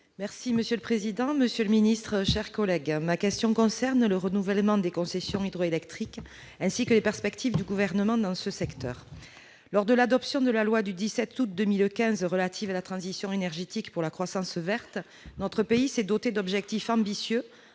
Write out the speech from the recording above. du Rassemblement Démocratique et Social Européen. Ma question concerne le renouvellement des concessions hydroélectriques, ainsi que les perspectives du Gouvernement dans ce secteur. Lors de l'adoption de la loi du 17 août 2015 relative à la transition énergétique pour la croissance verte, notre pays s'est doté d'objectifs ambitieux